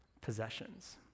possessions